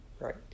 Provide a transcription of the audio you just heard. right